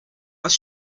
aus